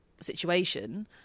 situation